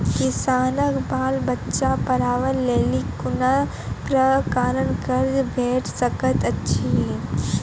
किसानक बाल बच्चाक पढ़वाक लेल कून प्रकारक कर्ज भेट सकैत अछि?